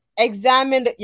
Examine